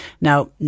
Now